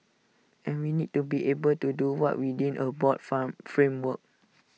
and we need to be able to do what within A broad from framework